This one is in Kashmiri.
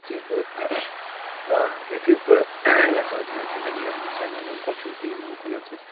یُتھُے بہٕ آ یُتھُے بہٕ یژھان چھُس ییٚتہِ چھُ مےٚ نیرُن بہٕ چھُس آسان نٮ۪بَر گۄڈٕ چھُس بہٕ یِمَن کُلٮ۪ن سۭتۍ